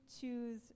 choose